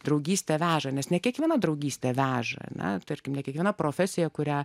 draugystė veža nes ne kiekviena draugystė veža na tarkim ne kiekviena profesija kurią